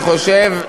חושב,